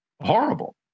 horrible